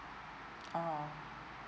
orh